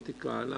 תקרא.